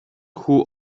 хүү